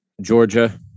Georgia